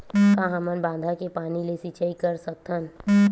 का हमन बांधा के पानी ले सिंचाई कर सकथन?